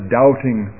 doubting